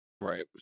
Right